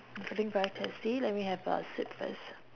I'm feeling very thirsty let me have a sip first